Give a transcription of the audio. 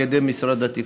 על ידי משרד התקשורת.